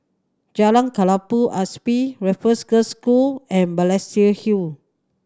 Jalan Kelabu Asap Raffles Girls' School and Balestier Hill